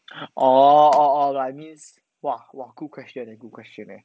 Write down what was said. oh oh oh that means !wah! !wah! cool question leh cool question leh